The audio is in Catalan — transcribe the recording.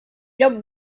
lloc